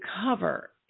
cover